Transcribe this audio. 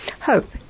hope